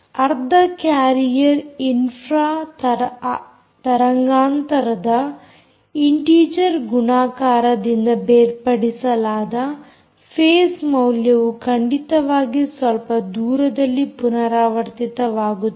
ಅರ್ಧ carrier infra ತರಂಗಾಂತರದ integer ಗುಣಾಕಾರದಿಂದ ಬೇರ್ಪಡಿಸಲಾದ ಫೇಸ್ ಮೌಲ್ಯವು ಖಂಡಿತವಾಗಿ ಸ್ವಲ್ಪ ದೂರದಲ್ಲಿ ಪುನರಾವರ್ತಿತವಾಗುತ್ತದೆ